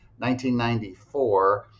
1994